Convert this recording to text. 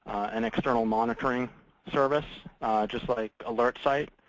an external monitoring service just like alertsite.